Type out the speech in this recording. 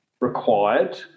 required